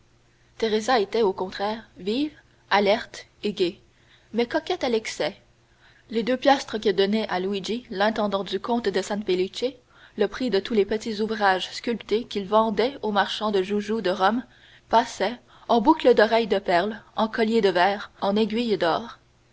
teresa était au contraire vive alerte et gaie mais coquette à l'excès les deux piastres que donnait à luigi l'intendant du comte de san felice le prix de tous les petits ouvrages sculptés qu'il vendait aux marchands de joujoux de rome passaient en boucles d'oreilles de perles en colliers de verre en aiguilles d'or